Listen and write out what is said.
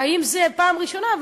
האם זו פעם ראשונה?